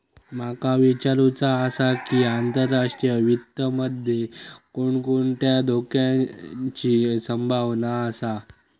माका विचारुचा आसा की, आंतरराष्ट्रीय वित्त मध्ये कोणकोणत्या धोक्याची संभावना आसा?